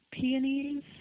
peonies